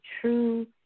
true